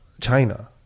China